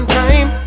time